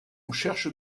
cherche